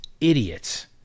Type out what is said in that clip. idiots